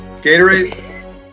Gatorade